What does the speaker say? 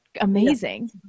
amazing